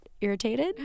irritated